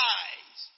eyes